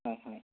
হয় হয়